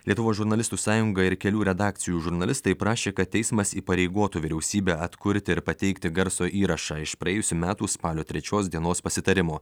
lietuvos žurnalistų sąjunga ir kelių redakcijų žurnalistai prašė kad teismas įpareigotų vyriausybę atkurti ir pateikti garso įrašą iš praėjusių metų spalio trečios dienos pasitarimo